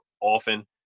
often